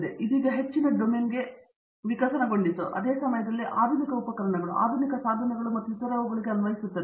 ಆದರೆ ಇದೀಗ ಹೆಚ್ಚಿನ ಡೊಮೇನ್ಗೆ ಹೆಚ್ಚು ವಿಕಸನಗೊಂಡಿತು ಅದೇ ಸಮಯದಲ್ಲಿ ಆಧುನಿಕ ಉಪಕರಣಗಳು ಆಧುನಿಕ ಸಾಧನಗಳು ಮತ್ತು ಇತರವುಗಳಿಗೆ ಅನ್ವಯಿಸುತ್ತದೆ